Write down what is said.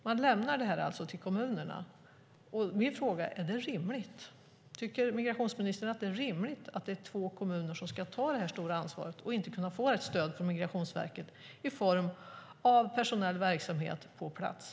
Den lämnar det till kommunerna. Tycker migrationsministern att det är rimligt att det är två kommuner som ska ta det stora ansvaret och inte kunna få ett stöd från Migrationsverket i form av personell verksamhet på plats?